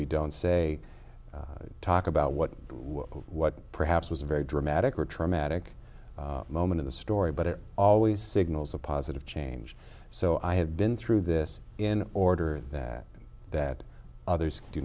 we don't say talk about what what perhaps was a very dramatic or traumatic moment in the story but it always signals a positive change so i have been through this in order that that others do